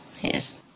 yes